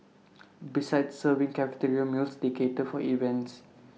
besides serving cafeteria meals they cater for events